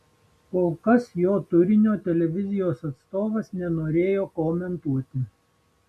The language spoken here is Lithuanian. kol kas jo turinio televizijos atstovas nenorėjo komentuoti